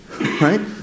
right